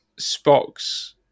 Spock's